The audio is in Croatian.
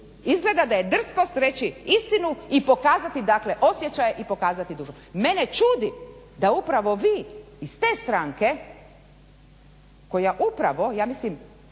Izgleda da je drskost reći istinu i pokazati dakle osjećaje i pokazati dušu. Mene čudi da upravo vi iz te stranke koja upravo ja mislim